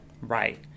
Right